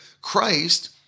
Christ